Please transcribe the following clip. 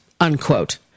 unquote